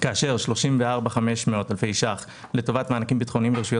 כאשר 34,500 אלפי שקלים לטובת מענקים ביטחוניים ברשויות